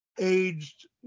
aged